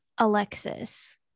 Alexis